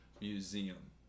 museum